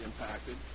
impacted